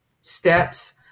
steps